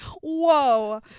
whoa